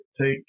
take